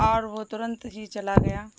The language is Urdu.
اور وہ ترنت ہی چلا گیا